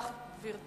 אני מודה לך, גברתי.